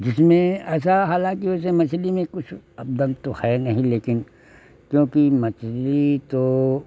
जिसमें ऐसा हालांकि वैसे मछली में कुछ अब दम तो है नहीं लेकिन क्योंकि मछली तो